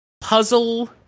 puzzle